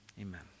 amen